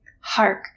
Hark